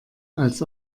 als